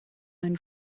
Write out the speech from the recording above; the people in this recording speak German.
ein